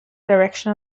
direction